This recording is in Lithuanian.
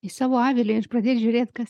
į savo avilį ir pradėt žiūrėt kas